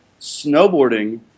snowboarding